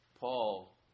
Paul